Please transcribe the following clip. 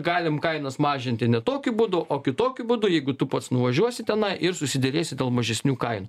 galim kainas mažinti ne tokiu būdu o kitokiu būdu jeigu tu pats nuvažiuosi tenai ir susiderėsi dėl mažesnių kainų